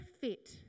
fit